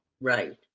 Right